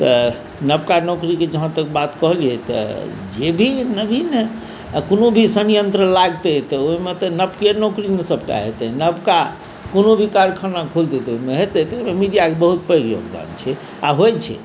तऽ नवका नौकरीके जहाँ तक बात कहलियै तऽ जे भी नवीन कोनो भी संयन्त्र लागतै तऽ ओहिमे तऽ नवके नौकरी ने सभटा हेतै नवका कोनो भी कारखाना खौलते तऽ ओहिमे हेतै तऽ एहिमे मीडियाके बहुत पैघ योगदान छै आ होइत छै